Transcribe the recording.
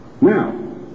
Now